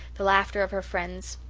the laughter of her friends.